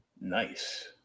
nice